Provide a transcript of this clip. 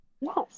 Yes